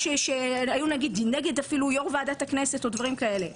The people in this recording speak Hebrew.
שהיו אפילו נגד יו"ר ועדת הכנסת או דברים כאלה.